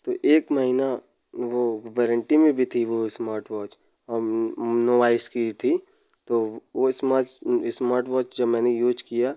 तो एक महिना वह वरेंटी में भी थी वह इस्मार्टवाच नोइस की थी तो वो स्मार्ट इस्मार्टवाच जब मैंने यूज किया